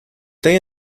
they